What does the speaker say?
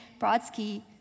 Brodsky